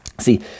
See